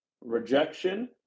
Rejection